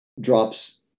Drops